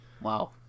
Wow